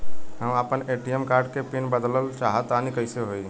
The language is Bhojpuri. हम आपन ए.टी.एम कार्ड के पीन बदलल चाहऽ तनि कइसे होई?